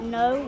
no